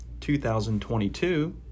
2022